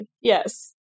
yes